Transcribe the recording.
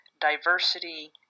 diversity